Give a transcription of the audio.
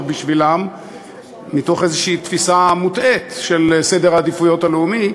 להם מתוך איזו תפיסה מוטעית של סדר העדיפויות הלאומי,